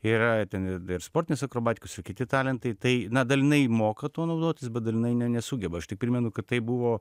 yra ten ir ir sportinės akrobatikos ir kiti talentai tai na dalinai moka tuo naudotis bet dalinai ne nesugeba aš tik primenu kad tai buvo